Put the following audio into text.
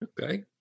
Okay